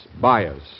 bias